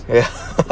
ya